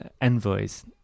envoys